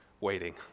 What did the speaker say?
waiting